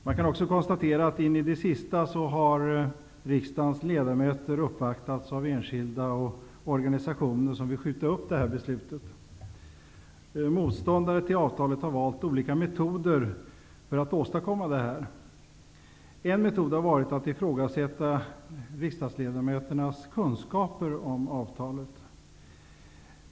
Man kan också konstatera att riksdagens ledamöter in i det längsta har uppvaktats av enskilda och organisationer som vill skjuta upp detta beslut, och motståndarna till avtalet har valt olika metoder för att åstadkomma detta. En metod har varit att ifrågasätta riksdagsledamöternas kunskaper om avtalet.